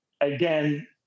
again